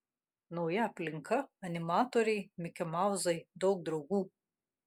nauja aplinka animatoriai mikimauzai daug draugų